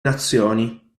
nazioni